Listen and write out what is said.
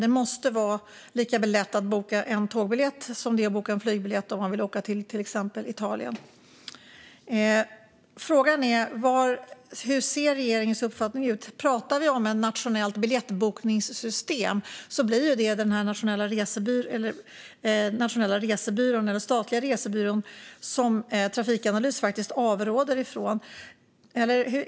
Det måste vara lika lätt att boka en tågbiljett som det är att boka en flygbiljett om man till exempel vill åka till Italien. Frågan är: Hur ser regeringens uppfattning ut? Pratar vi om ett nationellt biljettbokningssystem blir det den statliga resebyrån som Trafikanalys avråder ifrån.